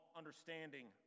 understanding